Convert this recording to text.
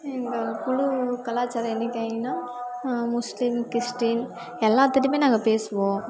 எங்கள் குழு கலாச்சார எண்ணிக்கைனால் முஸ்லீம் கிறிஸ்ட்டின் எல்லாத்துட்டேயுமே நாங்கள் பேசுவோம்